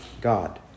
God